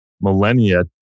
millennia